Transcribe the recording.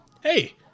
Hey